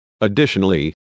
Additionally